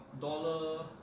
dollar